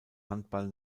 handball